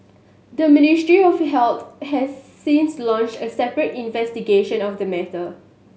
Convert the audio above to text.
the Ministry of Health has since launched a separate investigation of the matter